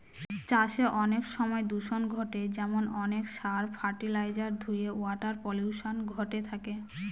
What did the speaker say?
চাষে অনেক সময় দূষন ঘটে যেমন অনেক সার, ফার্টিলাইজার ধূয়ে ওয়াটার পলিউশন ঘটে থাকে